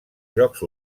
jocs